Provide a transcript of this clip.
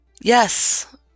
yes